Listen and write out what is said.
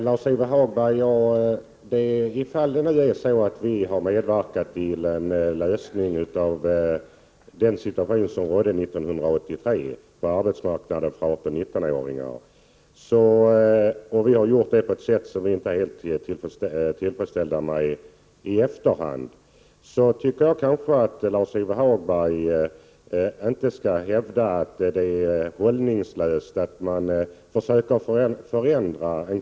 Herr talman! Om det nu är så att vi har medverkat till en lösning av den situation som rådde på arbetsmarknaden för 18—19-åringar år 1983 och vi har gjort det på ett sätt som vi inte är helt tillfredsställda med i efterhand, tycker jag att Lars-Ove Hagberg inte skall hävda att det är hållningslöst att försöka | ändra på det hela.